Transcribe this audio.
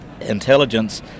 intelligence